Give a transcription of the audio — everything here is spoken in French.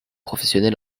professionnels